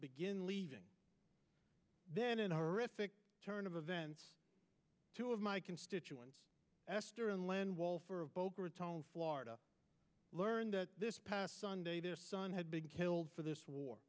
begin leaving then an horrific turn of events two of my constituents esther inland wall for boca raton florida learned that this past sunday their son had been killed for this war